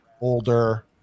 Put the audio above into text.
older